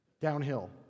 Downhill